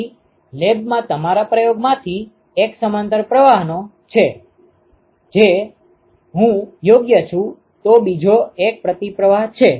તેથી લેબમાં તમારા પ્રયોગોમાંથી એક સમાંતર પ્રવાહનો છે જો હું યોગ્ય છું તો બીજો એક પ્રતિપ્રવાહ છે